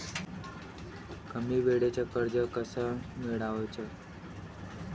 कमी वेळचं कर्ज कस मिळवाचं?